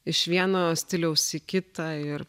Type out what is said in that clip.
iš vieno stiliaus į kitą ir